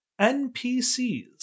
NPCs